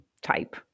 type